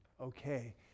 okay